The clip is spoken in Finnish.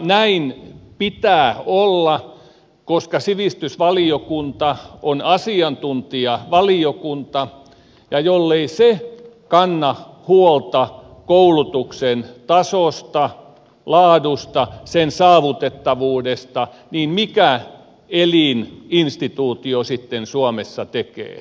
näin pitää olla koska sivistysvaliokunta on asiantuntijavaliokunta ja jollei se kanna huolta koulutuksen tasosta laadusta sen saavutettavuudesta niin mikä elin instituutio sitten suomessa tekee